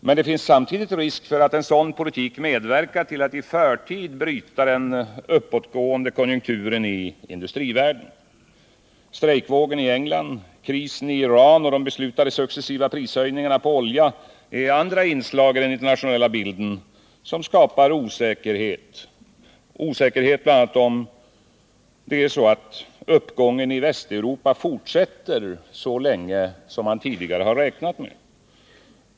Men det finns samtidigt risk för att en sådan politik medverkar till att i förtid bryta den uppåtgående konjunkturen i industrivärlden. Strejkvågen i England, krisen i Iran och de beslutade successiva prishöjningarna på olja är andra inslag i den internationella bilden som skapar osäkerhet — osäkerhet bl.a. om uppgången i Västeuropa fortsätter så länge som man tidigare har räknat med.